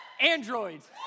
Androids